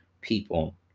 people